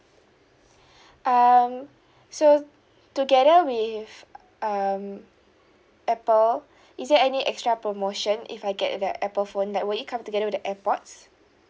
um so together with um apple is there any extra promotion if I get the apple phone that will it come together with the airpods